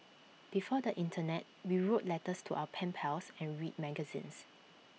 before the Internet we wrote letters to our pen pals and read magazines